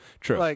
true